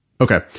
Okay